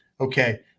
okay